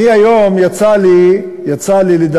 היום יצא לי לדבר,